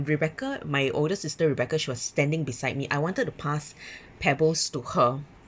rebecca my older sister rebecca she was standing beside me I wanted to pass pebbles to her